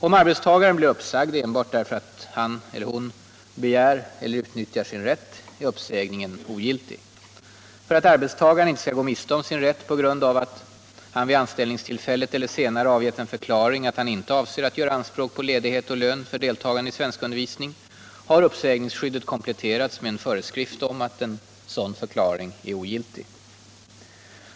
Om arbetstagaren blir uppsagd enbart därför att han eller hon begär eller utnyttjar sin rätt, är uppsägningen ogiltig. För att arbetstagaren inte skall gå miste om sin rätt på grund av att han vid anställningstillfället eller senare avgett en förklaring att han inte avser att göra anspråk på ledighet och lön för deltagande i svenskundervisning, har uppsägningsskyddet kompletterats med en föreskrift om att en sådan förklaring är ogiltig.